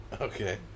Okay